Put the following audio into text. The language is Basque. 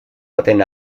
baten